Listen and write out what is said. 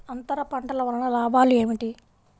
అంతర పంటల వలన లాభాలు ఏమిటి?